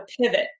pivot